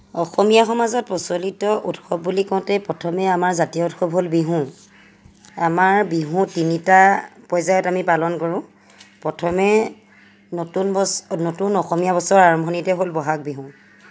অসমীয়া সমাজত প্ৰচলিত উৎসৱ বুলি কওঁতেই প্ৰথমেই আমাৰ জাতীয় উৎসৱ হ'ল বিহু আমাৰ বিহু তিনিটা পৰ্যায়ত আমি পালন কৰোঁ প্ৰথমে নতুন নতুন অসমীয়া বছৰৰ আৰম্ভণিতে হ'ল ব'হাগ বিহু